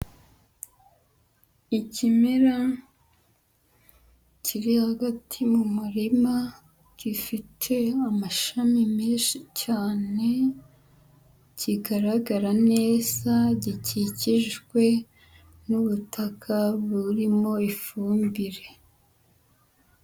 Ikimera kiri hagati mu murima gifite amashami menshi cyane kigaragara neza, gikikijwe n'ubutaka buririmo ifumbire.